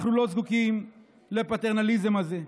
אנחנו לא זקוקים לפטרנליזם הזה.